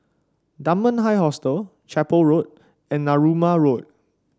Dunman High Hostel Chapel Road and Narooma Road